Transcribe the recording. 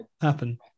happen